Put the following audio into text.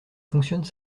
fonctionne